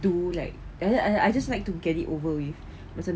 do like I I I just like to get it over with macam